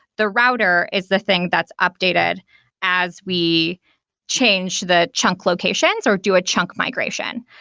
the router is the thing that's updated as we change the chunk locations or do a chunk migration.